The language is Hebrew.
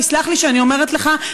תסלח לי שאני אומרת לך,